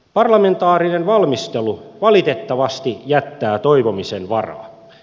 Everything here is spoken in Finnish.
parlamentaarinen valmistelu valitettavasti jättää toivomisen varaa